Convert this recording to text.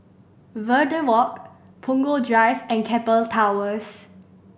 Verde Walk Punggol Drive and Keppel Towers